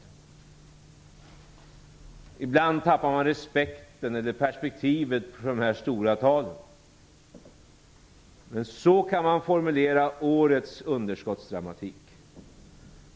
Ibland tappar man perspektivet för de här stora talen, men så kan man formulera årets underskottsdramatik.